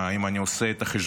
אם אני עושה את החשבון,